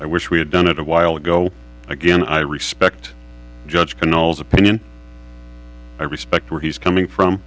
i wish we had done it a while ago again i respect judge canal's opinion i respect where he's coming from